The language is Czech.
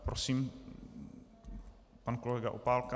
Prosím, pan kolega Opálka.